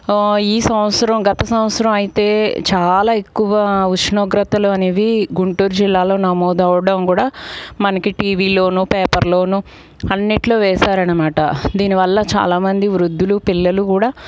ఈ సంవత్సరం గత సంవత్సరం అయితే చాలా ఎక్కువ ఉష్ణోగ్రతలు అనేవి గుంటూరు జిల్లాలో నమోడు అవ్వడం కూడా మనకి టీవీలో పేపర్లో అన్నింటిలో వేసారు అన్నమాట దీనివల్ల చాలామంది వృద్ధులు పిల్లలు కూడా